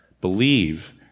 believe